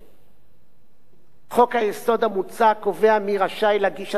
חוק-היסוד המוצע קובע מי רשאי להגיש הצעות חוק ומהם הליכי החקיקה,